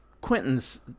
Quentin's